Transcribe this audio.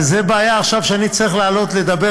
זו בעיה עכשיו שאני צריך לעלות לדבר